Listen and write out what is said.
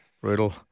Brutal